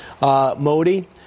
Modi